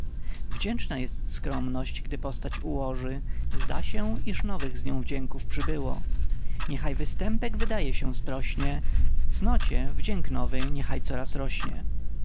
wdzięczna jest skromność gdy postać ułoży zda się iż nowych z nią wdzięków przybyło niechaj występek wydaje się sprośnie cnocie wdzięk nowy niechaj coraz rośnie